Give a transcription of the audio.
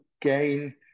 gain